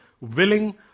willing